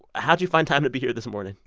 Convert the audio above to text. how'd you find time to be here this morning?